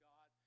God